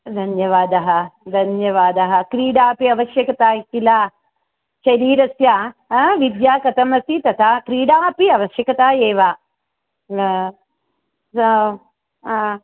धन्यवादः धन्यवादः क्रीडा अपि आवश्यकता किल शरीरस्य विद्या कथमस्ति तथा क्रीडा अपि अवश्यकता एव हा हा हा